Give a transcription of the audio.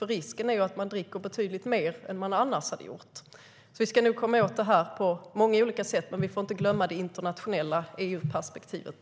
Risken är att de dricker betydligt mycket mer än de annars hade gjort. Vi ska nog komma åt detta på många olika sätt, men vi får inte glömma EU-perspektivet.